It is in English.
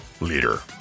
leader